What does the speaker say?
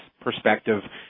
perspective